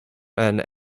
and